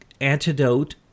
antidote